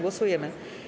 Głosujemy.